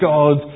God